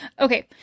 Okay